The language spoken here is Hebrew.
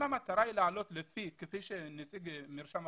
אם המטרה היא להעלות כפי שאמר נציג רשות האוכלוסין,